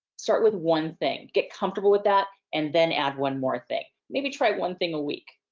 start with one thing, get comfortable with that and then add one more thing. maybe try one thing a week.